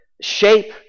shape